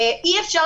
אי אפשר